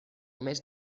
més